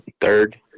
third